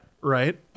Right